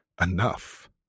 enough